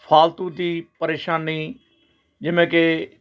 ਫਾਲਤੂ ਦੀ ਪਰੇਸ਼ਾਨੀ ਜਿਵੇਂ ਕਿ